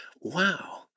wow